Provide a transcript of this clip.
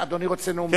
אדוני רוצה נאום בן דקה?